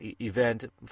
event